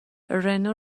رنو